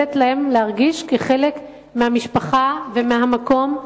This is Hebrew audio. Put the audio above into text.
ולתת להם להרגיש חלק מהמשפחה ומהמקום,